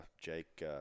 jake